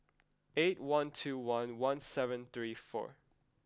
eight one two one one seven three four